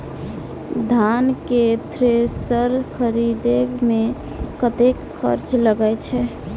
धान केँ थ्रेसर खरीदे मे कतेक खर्च लगय छैय?